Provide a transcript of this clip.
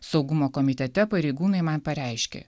saugumo komitete pareigūnai man pareiškė